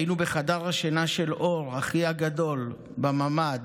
היינו בחדר השינה של אור, אחי הגדול, בממ"ד.